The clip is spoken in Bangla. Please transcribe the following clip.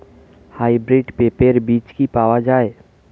হাইব্রিড পেঁপের বীজ কি পাওয়া যায়?